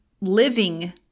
living